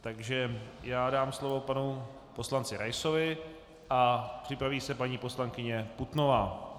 Takže dám slovo panu poslanci Raisovi a připraví se paní poslankyně Putnová.